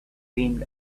dreamed